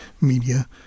media